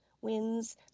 wins